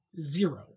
zero